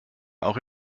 auch